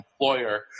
employer